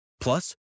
Plus